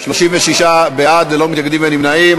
36 בעד, ללא מתנגדים ונמנעים.